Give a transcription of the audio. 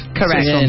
correct